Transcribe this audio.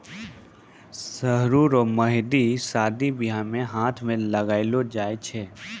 सरु रो मेंहदी शादी बियाह मे हाथ मे लगैलो जाय छै